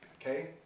Okay